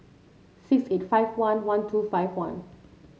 six eight five one one two five two